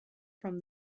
from